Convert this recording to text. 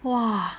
!wah!